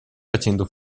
facendo